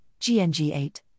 GNG8